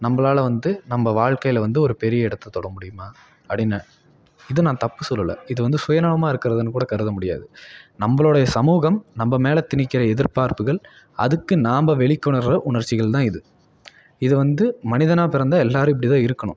நம்மளால வந்து நம்ம வாழ்க்கையில் வந்து ஒரு பெரிய இடத்த தொட முடியுமா அப்படின்னு இது நான் தப்பு சொல்லல இது வந்து சுயநலமாக இருக்கிறதுன்னு கூட கருத முடியாது நம்மளோடைய சமூகம் நம்ம மேல் திணிக்கின்ற எதிர்பார்ப்புகள் அதுக்கு நாம்ம வெளிக்கொணர்கிற உணர்ச்சிகள் தான் இது இதை வந்து மனிதனாக பிறந்தால் எல்லோரும் இப்படி தான் இருக்கணும்